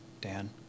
Dan